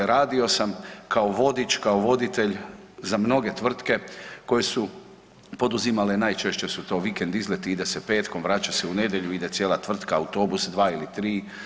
Radio sam kao vodič, kao voditelj za mnoge tvrtke koje su poduzimale, najčešće su to vikend izleti ide se petkom, vraća se u nedjelju, ide cijela tvrtka, autobus dva ili tri.